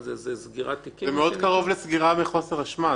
זה יכול להיות בחוק אחר שיקבע את תקופת הפסלות.